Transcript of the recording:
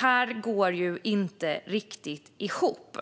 Detta går inte riktigt ihop.